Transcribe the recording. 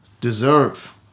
deserve